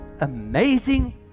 amazing